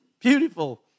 beautiful